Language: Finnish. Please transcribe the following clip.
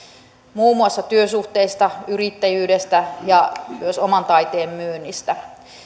muun muassa työsuhteista yrittäjyydestä ja myös oman taiteen myynnistä